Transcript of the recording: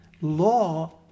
Law